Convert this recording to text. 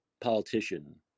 politician